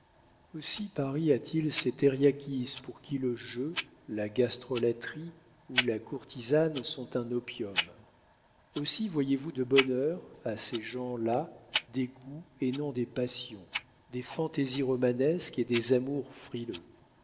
aussi paris a-t-il ses thériakis pour qui le jeu la gastrolâtrie ou la courtisane sont un opium aussi voyez-vous de bonne heure à ces gens-là des goûts et non des passions des fantaisies romanesques et des amours frileux